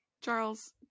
Charles